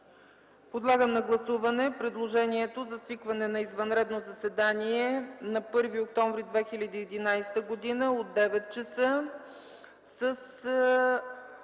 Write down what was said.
Подлагам на гласуване предложението за свикване на извънредно заседание на 1 октомври 2011 г. от 9,00 ч.